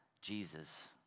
Jesus